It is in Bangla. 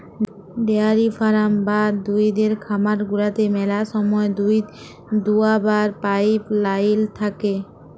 ডেয়ারি ফারাম বা দুহুদের খামার গুলাতে ম্যালা সময় দুহুদ দুয়াবার পাইপ লাইল থ্যাকে